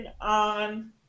on